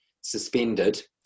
suspended